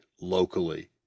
locally